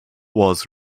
was